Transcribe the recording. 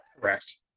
Correct